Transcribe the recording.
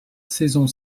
saison